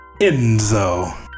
Enzo